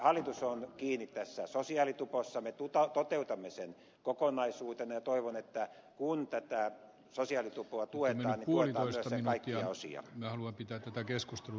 hallitus on kiinni tässä sosiaalitupossa me toteutamme sen kokonaisuutena ja toivon että kun tätä sosiaalitupoa tuetaan niin tuetaan myös sen kaikkia osia